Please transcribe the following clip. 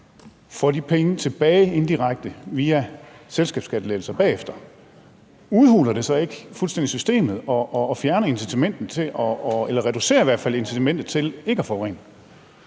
får de penge tilbage via selskabsskattelettelser, udhuler det så ikke fuldstændig systemet og fjerner incitamentet eller i hvert